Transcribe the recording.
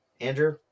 Andrew